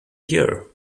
year